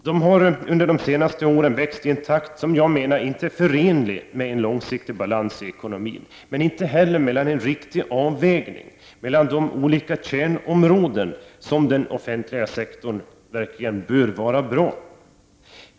Dessa har under senare år växt i en takt som jag menar ej är förenlig med en långsiktig balans i ekonomin, men inte heller med en riktig avvägning mellan de olika kärnområden som den offentliga sektorn bör vara bra på.